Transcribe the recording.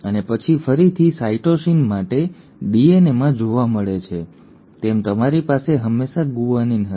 અને પછી ફરીથી સાઇટોસીન માટે ડીએનએમાં જોવા મળે છે તેમ તમારી પાસે હંમેશાં ગુઆનિન હશે